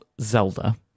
Zelda